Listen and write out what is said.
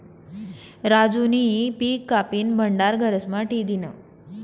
राजूनी पिक कापीन भंडार घरेस्मा ठी दिन्हं